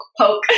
poke